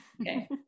okay